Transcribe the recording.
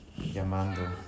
llamando